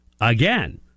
Again